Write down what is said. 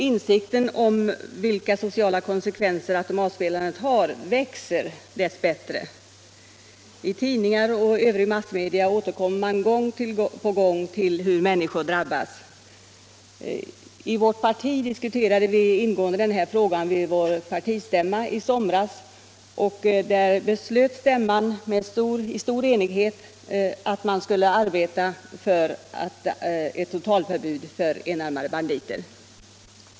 Insikten om vilka sociala konsekvenser automatspelandet har växer dess bättre. I tidningar och övriga massmedia återkommer man gång på gång till hur människor drabbas. I vårt parti har vi diskuterat denna fråga ingående vid vår partistämma i somras. Stämman beslutade i stor enighet att arbeta för ett totalförbud för enarmade banditer.